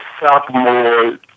sophomore